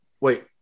Wait